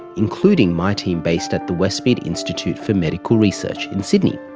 including my team based at the westmead institute for medical research in sydney.